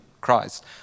Christ